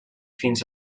fins